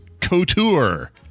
Couture